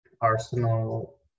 Arsenal